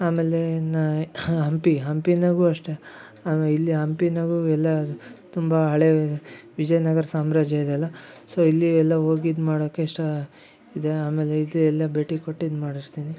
ಆಮೇಲೆ ನಾ ಹಂಪಿ ಹಂಪಿನಾಗು ಅಷ್ಟೆ ಆಮೇಲೆ ಇಲ್ಲಿ ಹಂಪಿನಾಗು ಎಲ್ಲಾ ತುಂಬಾ ಹಳೆ ವಿಜಯನಗರ ಸಾಮ್ರಾಜ್ಯ ಇದೆ ಅಲ್ಲ ಸೋ ಇಲ್ಲಿ ಎಲ್ಲ ಹೋಗಿ ಇದು ಮಾಡೋಕೆ ಇಷ್ಟ ಇದೆ ಆಮೇಲೆ ಇದೆ ಎಲ್ಲಾ ಭೇಟಿ ಕೊಟ್ಟು ಇದು ಮಾಡಿಸ್ತೀನಿ